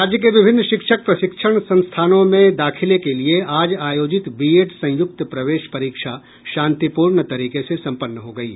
राज्य के विभिन्न शिक्षक प्रशिक्षण संस्थानों में दाखिले के लिए आज आयोजित बीएड संयुक्त प्रवेश परीक्षा शांतिपूर्ण तरीके से सम्पन्न हो गयी